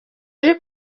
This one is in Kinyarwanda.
uri